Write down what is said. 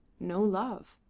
no love,